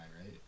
right